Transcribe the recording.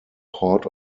port